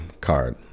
card